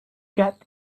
get